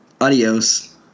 Adios